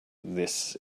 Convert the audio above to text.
this